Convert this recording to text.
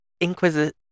inquisitive